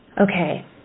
Okay